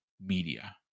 media